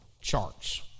charts